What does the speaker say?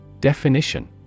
Definition